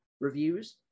reviews